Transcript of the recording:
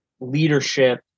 leadership